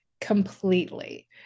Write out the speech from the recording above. completely